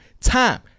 time